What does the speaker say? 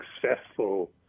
successful